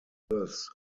thus